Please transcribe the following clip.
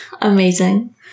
Amazing